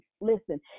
Listen